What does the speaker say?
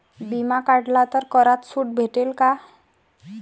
बिमा काढला तर करात सूट भेटन काय?